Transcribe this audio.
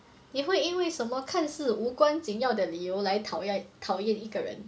你会因为什么看似无关紧要的理由来讨厌讨厌一个人